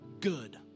good